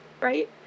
Right